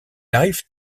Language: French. arrive